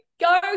Go